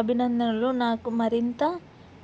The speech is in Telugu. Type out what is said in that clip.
అభినందనలు నాకు మరింత